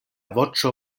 voĉo